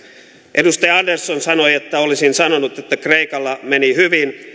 edustaja andersson sanoi että olisin sanonut että kreikalla meni hyvin